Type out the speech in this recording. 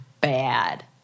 bad